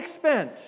expense